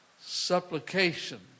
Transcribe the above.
supplication